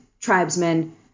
tribesmen